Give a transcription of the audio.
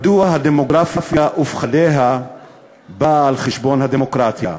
מדוע הדמוגרפיה ופחדיה באים על חשבון הדמוקרטיה?